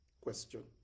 Question